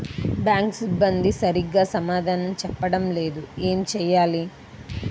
Bank సిబ్బంది సరిగ్గా సమాధానం చెప్పటం లేదు ఏం చెయ్యాలి?